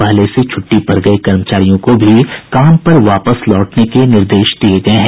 पहले से छुट्टी पर गए कर्मचारियों को भी काम पर लौटने का निर्देश दिया गया है